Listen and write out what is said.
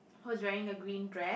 who is wearing a green dress